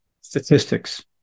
statistics